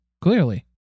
Clearly